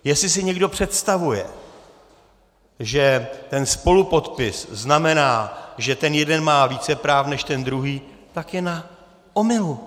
Jestli si někdo představuje, že ten spolupodpis znamená, že ten jeden má více práv než ten druhý, tak je na omylu.